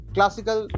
Classical